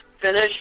finish